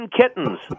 Kittens